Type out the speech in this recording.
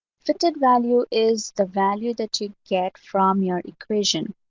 fitted value is the value that you get from your equation.